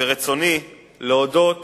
ורצוני להודות